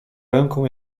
ręką